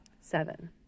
Seven